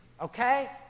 okay